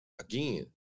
again